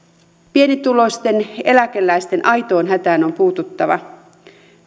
pienituloisten eläkeläisten aitoon hätään on puututtava